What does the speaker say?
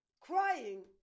crying